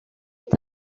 est